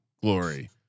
glory